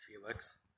Felix